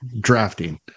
drafting